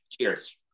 Cheers